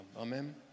Amen